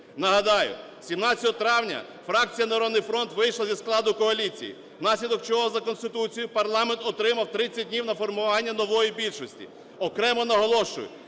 Нагадаю, 17 травня фракція "Народний фронт" вийшла зі складу коаліції, внаслідок чого, за Конституцією, парламент отримав 30 днів на формування нової більшості. Окремо наголошую,